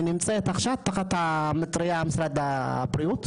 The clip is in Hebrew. היא נמצאת עכשיו תחת מטרייה של משרד הבריאות,